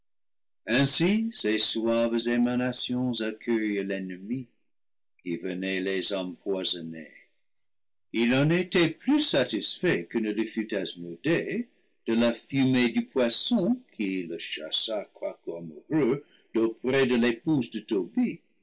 émanations accueillent l'ennemi qui venait les empoisonner il en était plus satisfait que ne le fut asmodée de la fumée du poison qui le chassa quoique amoureux d'auprès de l'épouse de